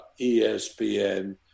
ESPN